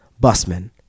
Busman